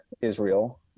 Israel